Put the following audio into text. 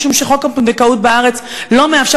משום שחוק הפונדקאות בארץ לא מאפשר